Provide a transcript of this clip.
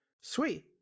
sweet